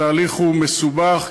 התהליך מסובך,